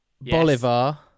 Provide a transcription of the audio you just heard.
Bolivar